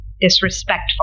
Disrespectful